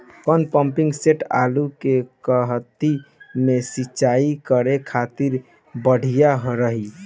कौन pumping set आलू के कहती मे सिचाई करे खातिर बढ़िया रही?